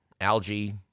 algae